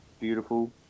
beautiful